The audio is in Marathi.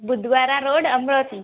बुधवारा रोड अमरावती